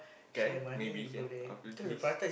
can maybe can after kiss